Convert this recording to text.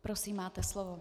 Prosím, máte slovo.